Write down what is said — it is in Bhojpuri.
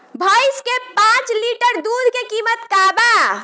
भईस के पांच लीटर दुध के कीमत का बा?